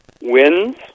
wins